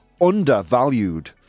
undervalued